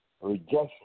rejection